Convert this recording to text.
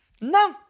No